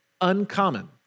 uncommon